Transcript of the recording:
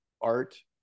art